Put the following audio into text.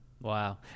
Wow